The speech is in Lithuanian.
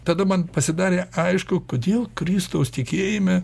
tada man pasidarė aišku kodėl kristaus tikėjime